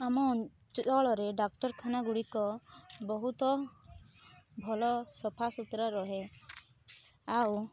ଆମ ଅଞ୍ଚଳରେ ଡାକ୍ତରଖାନା ଗୁଡ଼ିକ ବହୁତ ଭଲ ସଫାସୁତୁରା ରହେ ଆଉ